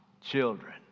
children